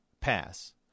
pass